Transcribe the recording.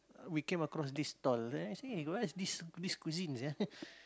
we came across this stall then I say what is this cuisines